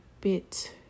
bit